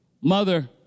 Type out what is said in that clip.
mother